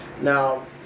Now